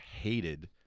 hated